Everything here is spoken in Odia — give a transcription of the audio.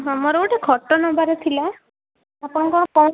ମୋର ଗୋଟେ ଖଟ ନେବାର ଥିଲା ଆପଣ କ'ଣ